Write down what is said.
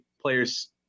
players